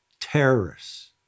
Terrorists